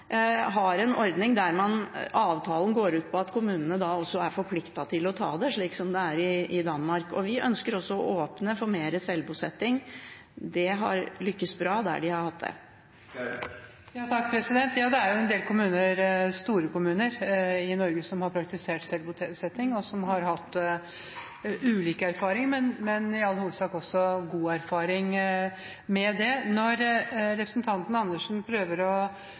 har en ordning der avtalen går ut på at kommunene da også er forpliktet til å ta det, slik som det er i Danmark. Vi ønsker også å åpne for mer selvbosetting. Det har lyktes bra der man har hatt det. Det er jo en del kommuner, store kommuner, i Norge som har praktisert selvbosetting og som har hatt ulike erfaringer, men i all hovedsak også gode erfaringer med det. Når representanten Andersen prøver å